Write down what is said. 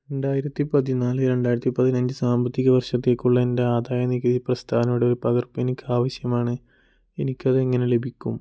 രണ്ടായിരത്തിപ്പതിനാല് രണ്ടായിരത്തിപ്പതിനഞ്ച് സാമ്പത്തിക വർഷത്തേക്കുള്ള എൻറ്റെ ആദായനികുതി പ്രസ്താവനയുടെ ഒരു പകർപ്പ് എനിക്ക് ആവശ്യമാണ് എനിക്കതെങ്ങനെ ലഭിക്കും